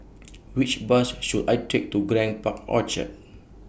Which Bus should I Take to Grand Park Orchard